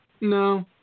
No